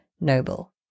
Noble